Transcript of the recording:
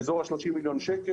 שליטה ובקרה באזור של 30 מיליון שקל